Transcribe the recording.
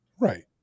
Right